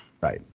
Right